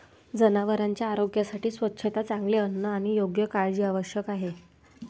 जनावरांच्या आरोग्यासाठी स्वच्छता, चांगले अन्न आणि योग्य काळजी आवश्यक आहे